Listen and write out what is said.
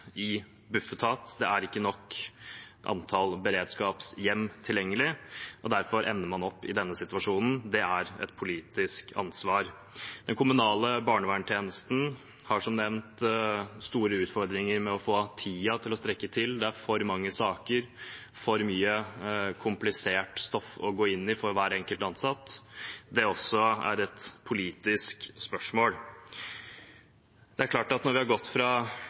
i Bufetat, det er ikke nok beredskapshjem tilgjengelig. Derfor ender man i denne situasjonen. Det er et politisk ansvar. Den kommunale barnevernstjenesten har som nevnt store utfordringer med å få tiden til å strekke til. Det er for mange saker, for mye komplisert stoff å gå inn i for hver enkelt ansatt. Det også er et politisk spørsmål. Det er klart at når man har gått ut fra